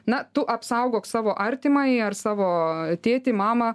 na tu apsaugok savo artimąjį ar savo tėtį mamą